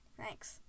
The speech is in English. thanks